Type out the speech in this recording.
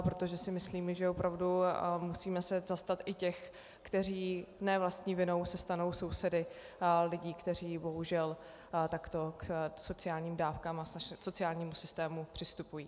Protože si myslím, že opravdu se musíme zastat i těch, kteří ne vlastní vinou se stanou sousedy lidí, kteří bohužel takto k sociálním dávkám a sociálnímu systému přistupují.